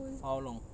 for how long